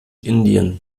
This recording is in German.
indien